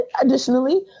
additionally